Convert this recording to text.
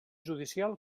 judicial